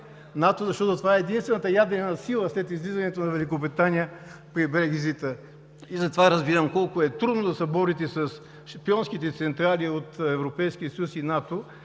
НАТО, защото това е единствената ядрена сила след излизането на Великобритания при Брекзит. Затова разбирам колко е трудно да се борите с шпионските централи от Европейския съюз и НАТО.